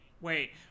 Wait